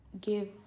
give